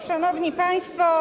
Szanowni Państwo!